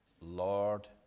Lord